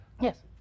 Yes